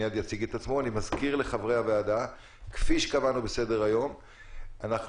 אני מזכיר לחברי הוועדה שכפי שקבענו בסדר-היום אנחנו